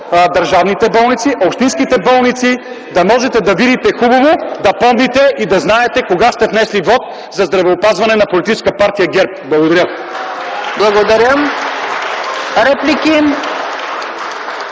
държавните болници, общинските болници, да можете да видите хубаво, да помните и да знаете, кога сте внесли вот за здравеопазване на политическа партия ГЕРБ. Благодаря. (Ръкопляскания